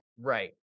Right